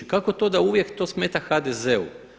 Kako to da uvijek to smeta HDZ-u?